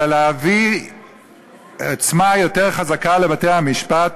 אלא להביא עוצמה רבה יותר לבתי-המשפט